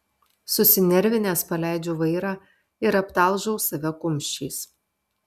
susinervinęs paleidžiu vairą ir aptalžau save kumščiais